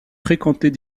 fréquentées